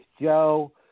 Joe